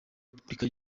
repubulika